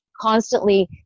constantly